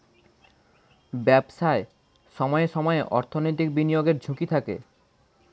ব্যবসায় সময়ে সময়ে অর্থনৈতিক বিনিয়োগের ঝুঁকি থাকে